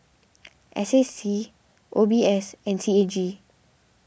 S A C O B S and C A G